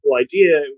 idea